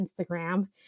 Instagram